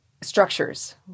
structures